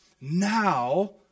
Now